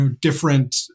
different